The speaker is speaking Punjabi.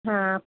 ਹਾਂ